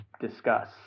discuss